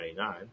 1999